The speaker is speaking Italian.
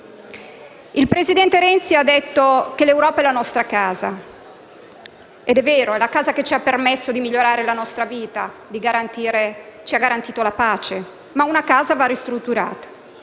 Il presidente Renzi ha detto che l'Europa è la nostra casa ed è vero: è la casa che ci ha permesso di migliorare la nostra vita e ci ha garantito la pace. Ma una casa va ristrutturata.